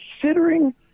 considering